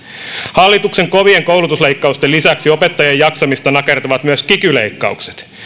hallituksen kovien koulutusleikkausten lisäksi opettajien jaksamista nakertavat myös kiky leikkaukset